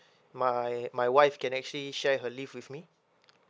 my my wife can actually share her leave with me